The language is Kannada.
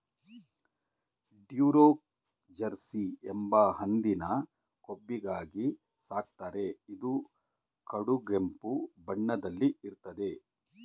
ಡ್ಯುರೋಕ್ ಜೆರ್ಸಿ ಎಂಬ ಹಂದಿನ ಕೊಬ್ಬಿಗಾಗಿ ಸಾಕ್ತಾರೆ ಇದು ಕಡುಗೆಂಪು ಬಣ್ಣದಲ್ಲಿ ಇರ್ತದೆ